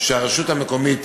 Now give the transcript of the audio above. שהרשות המקומית